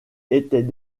étaient